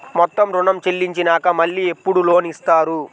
మొత్తం ఋణం చెల్లించినాక మళ్ళీ ఎప్పుడు లోన్ ఇస్తారు?